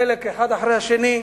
חלק, אחד אחרי השני.